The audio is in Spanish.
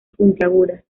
puntiagudas